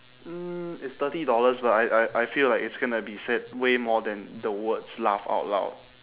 mm it's thirty dollars but I I I feel like it's gonna be said way more than the words laugh out loud